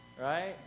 Right